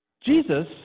Jesus